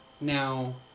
now